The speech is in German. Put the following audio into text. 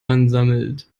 ansammelt